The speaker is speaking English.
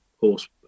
horse